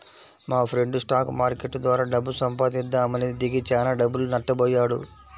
మాఫ్రెండు stock market ద్వారా డబ్బు సంపాదిద్దామని దిగి చానా డబ్బులు నట్టబొయ్యాడు